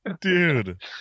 Dude